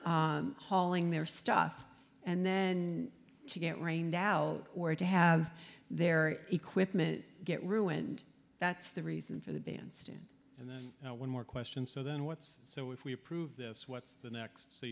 work hauling their stuff and then to get rained out or to have their equipment get ruined that's the reason for the bandstand and one more question so then what's so if we approve this what's the next so